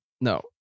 no